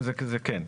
זה כן.